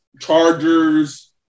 Chargers